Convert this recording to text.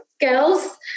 girls